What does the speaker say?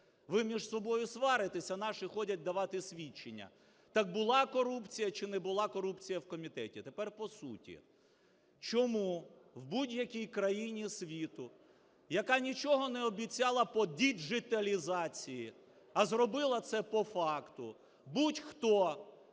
Ви між собою сваритесь, а наші ходять давати свідчення, так була корупція чи не була корупція в комітеті? Тепер по суті. Чому в будь-якій країні світу, яка нічого не обіцяла по діджиталізації, а зробила це по факту, будь-хто,